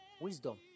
Wisdom